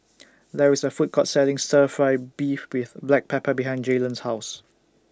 There IS A Food Court Selling Stir Fry Beef with Black Pepper behind Jaylon's House